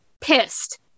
pissed